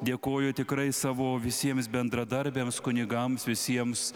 dėkoju tikrai savo visiems bendradarbiams kunigams visiems